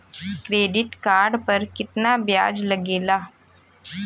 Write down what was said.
Credit card पर कितना ब्याज लगेला?